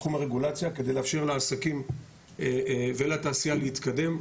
בתחום הרגולציה כדי לאפשר לעסקים ולתעשייה להתקדם.